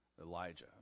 Elijah